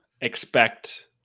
expect